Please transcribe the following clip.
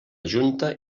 junta